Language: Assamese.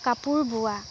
কাপোৰ বোৱা